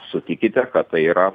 sutikite kad tai yra